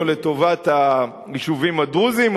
או לטובת היישובים הדרוזיים,